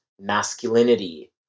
masculinity